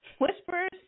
Whispers